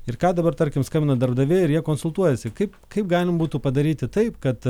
ir ką dabar tarkim skambina darbdaviai ir jie konsultuojasi kaip kaip galima būtų padaryti taip kad